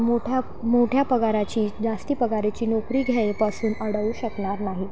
मोठ्या मोठ्या पगाराची जास्ती पगाराची नोकरी घ्यायपासून अडवू शकणार नाही